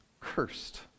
Cursed